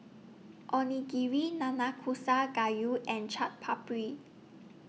Onigiri Nanakusa Gayu and Chaat Papri